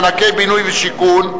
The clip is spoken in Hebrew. מענקי בינוי ושיכון.